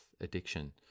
addiction